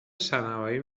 شنوایی